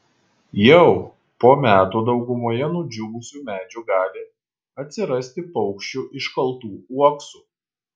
jau po metų daugumoje nudžiūvusių medžių gali atsirasti paukščių iškaltų uoksų